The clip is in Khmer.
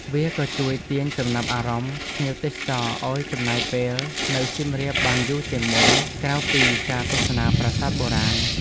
វាក៏ជួយទាញចំណាប់អារម្មណ៍ភ្ញៀវទេសចរឱ្យចំណាយពេលនៅសៀមរាបបានយូរជាងមុន ក្រៅពីការទស្សនាប្រាសាទបុរាណ។